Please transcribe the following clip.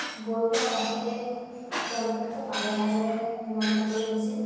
গৈ পোৱাৰ পাছতেই তেওঁলোকে খুব আদৰে সাদৰে নিমন্ত্ৰণ কৰি নিছিল